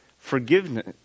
Forgiveness